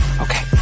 okay